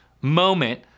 moment